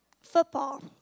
football